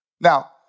Now